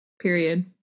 Period